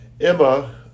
Emma